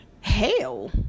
Hell